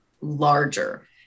larger